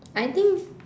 I think